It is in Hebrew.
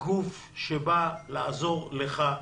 גוף שבא לעזור לך,